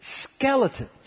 skeletons